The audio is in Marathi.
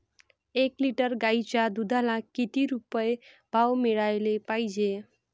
एक लिटर गाईच्या दुधाला किती रुपये भाव मिळायले पाहिजे?